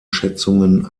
schätzungen